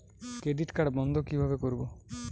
Credit card বন্ধ কিভাবে করবো?